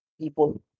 people